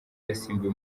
yasimbuye